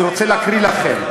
אני רוצה להקריא לכם.